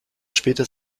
später